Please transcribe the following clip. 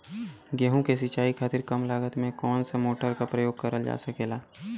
गेहूँ के सिचाई खातीर कम लागत मे कवन मोटर के प्रयोग करल जा सकेला?